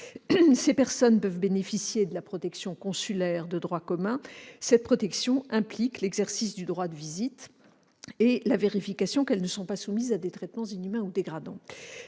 Ces personnes peuvent bénéficier de la protection consulaire de droit commun. Cette protection implique l'exercice du droit de visite et la vérification qu'elles ne sont pas soumises à des traitements inhumains ou dégradants.